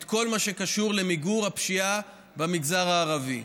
את כל מה שקשור למיגור הפשיעה במגזר הערבי.